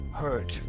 hurt